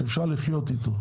שאפשר לחיות איתו.